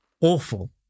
awful